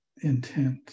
intent